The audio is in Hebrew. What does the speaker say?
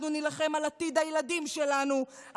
אנחנו נילחם על עתיד הילדים שלנו,